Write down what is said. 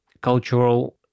cultural